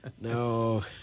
No